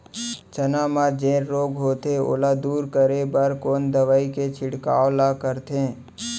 चना म जेन रोग होथे ओला दूर करे बर कोन दवई के छिड़काव ल करथे?